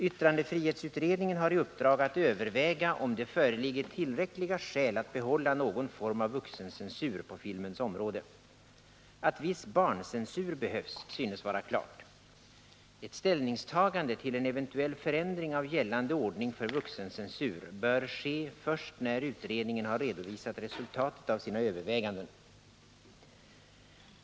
Yttrandefrihetsutredningen har i uppdrag att överväga om det föreligger tillräckliga skäl att behålla någon form av vuxencensur på filmens område. Att viss barncensur behövs synes vara klart. Ett ställningstagande till en eventuell förändring av gällande ordning för vuxencensur bör ske först när utredningen har redovisat resultatet av sina överväganden.